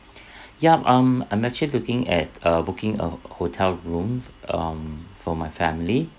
yup um I'm actually looking at uh booking a h~ hotel room um for my family